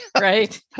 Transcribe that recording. Right